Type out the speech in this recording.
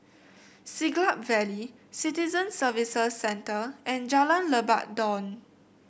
Siglap Valley Citizen Services Centre and Jalan Lebat Daun